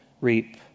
reap